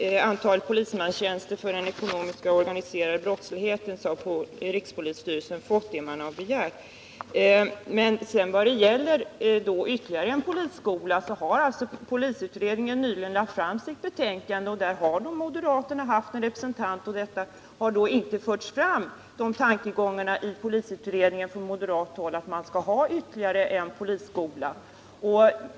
Herr talman! Jag skall beträffande antalet polismanstjänster för att bekämpa den ekonomiska och organiserade brottsligheten bara säga, att rikspolisstyrelsen på den punkten har fått vad den har begärt. Men i vad sedan gäller frågan om en ytterligare polisskola vill jag peka på att polisutredningen nyligen lagt fram sitt betänkande. I den utredningen har moderaterna haft en representant, och denne har där inte fört fram tankegångarna om att ytterligare en polisskola bör inrättas.